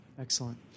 Excellent